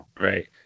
Right